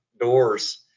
doors